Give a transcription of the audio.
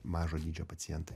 mažo dydžio pacientai